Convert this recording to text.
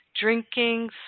drinking